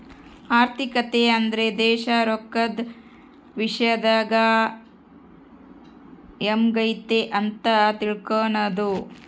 ಆರ್ಥಿಕತೆ ಅಂದ್ರೆ ದೇಶ ರೊಕ್ಕದ ವಿಶ್ಯದಾಗ ಎಂಗೈತೆ ಅಂತ ತಿಳ್ಕನದು